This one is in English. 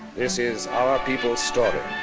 this is our peoples' story,